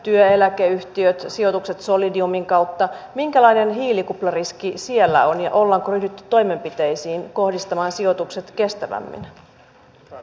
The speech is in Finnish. työeläkeyhtiöt sijoitukset solidiumin kautta minkälainen hiilikuplariski siellä on ja ollaanko ryhdytty toimenpiteisiin kohdistamaan sijoitukset kestävämmin